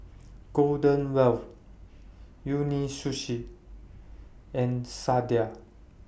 Golden Wheel Umisushi and Sadia